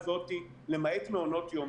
למעט מעונות יום.